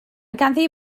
ganddi